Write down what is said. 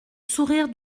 sourire